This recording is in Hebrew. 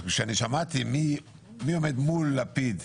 כששמעתי מי עומד מול לפיד,